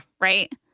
right